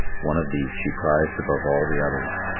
one of these she prized above all the others,